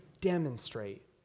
demonstrate